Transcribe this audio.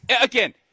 Again –